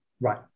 Right